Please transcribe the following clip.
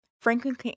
Franklin